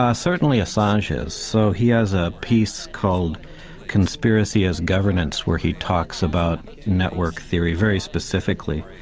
ah certainly assange is. so he has a piece called conspiracy as governance where he talks about network theory very specifically,